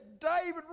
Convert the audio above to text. David